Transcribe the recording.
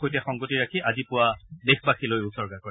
সৈতে সংগতি ৰাখি আজি পুৱা দেশবাসীলৈ উছৰ্গা কৰে